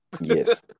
yes